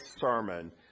sermon